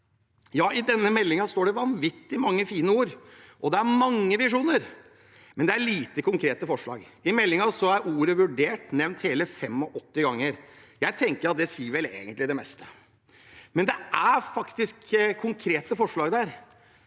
I denne meldingen står det vanvittig mange fine ord, og det er mange visjoner, men det er få konkrete forslag. I meldingen er ordet «vurdert» nevnt hele 85 ganger. Det sier vel det meste. Samtidig er det faktisk konkrete forslag der.